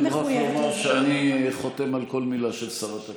אני מוכרח לומר שאני חותם על כל מילה של שרת התיירות.